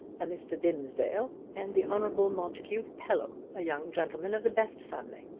a mr. dimsdale, and the honorable montague pelham, a young gentleman of the best family.